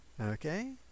okay